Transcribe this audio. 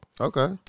Okay